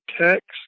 text